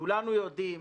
כולנו יודעים